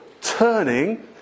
turning